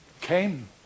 came